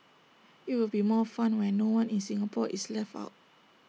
IT will be more fun when no one in Singapore is left out